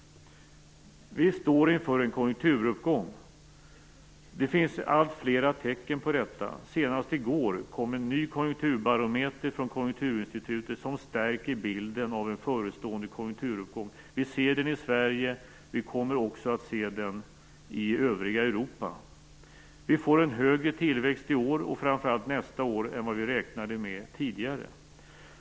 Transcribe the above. Vi står inför en konjunkturuppgång. Det finns alltfler tecken på detta. Senast i går kom en ny konjunkturbarometer från Konjunkturinstitutet som stärker bilden av en förestående konjunkturuppgång. Vi ser den i Sverige, och vi kommer också att se den i övriga Europa. Vi får en högre tillväxt i år, och framför allt nästa år, än vi räknade med tidigare.